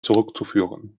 zurückzuführen